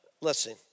Listen